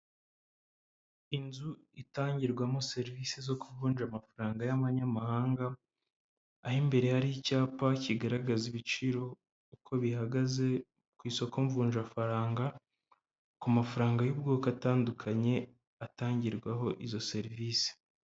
Inzu itangirwamo serivisi zo kuvunja amafaranga y'abanyamahanga aho imbere hari icyapa kigaragaza ibiciro uko bihagaze ku isoko mvunjafaranga, ku mafaranga y'ubwoko atandukanye atangirwaho izo serivisi.